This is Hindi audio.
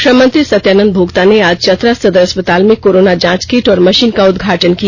श्रम मंत्री सत्यानन्द भोक्ता ने आज चतरा सदर अस्पताल में कोरोना जांच किट और मशीन का उद्घाटन किया